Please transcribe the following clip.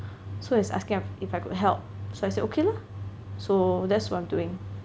so he's asking if I could help so I say okay lor so that's what I'm doing